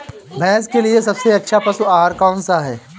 भैंस के लिए सबसे अच्छा पशु आहार कौन सा है?